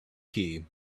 key